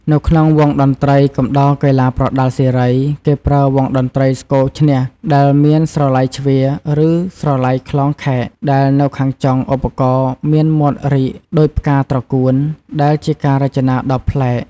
នៅក្នុងវង់តន្ត្រីកំដរកីឡាប្រដាល់សេរី គេប្រើវង់តន្ត្រីស្គរឈ្នះដែលមានស្រឡៃជ្វា ឬស្រឡៃក្លងខែក ដែលនៅខាងចុងឧបករណ៍មានមាត់រីកដូចផ្កាត្រកួន ដែលជាការរចនាដ៏ប្លែក។